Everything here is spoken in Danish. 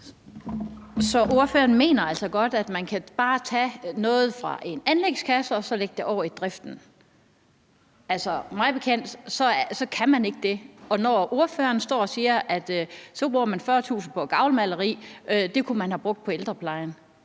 Så ordføreren mener altså godt, at man bare kan tage noget fra en anlægskasse og så lægge det over i driften. Altså, mig bekendt kan man ikke det. Og ordføreren står og siger, at så bruger man 40.000 kr. på et gavlmaleri, og dem kunne man have brugt på ældreplejen.